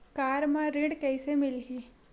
Car म ऋण कइसे मिलही?